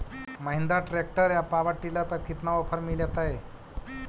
Mahindra tractor या power dealer पर कितना ओफर मीलेतय?